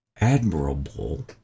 admirable